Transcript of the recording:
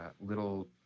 little